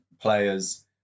players